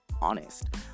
honest